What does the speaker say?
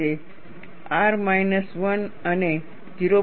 R minus 1 અને 0